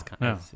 no